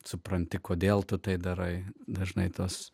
supranti kodėl tu tai darai dažnai tos